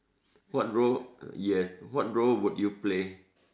what role yes what role would you play